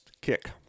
Kick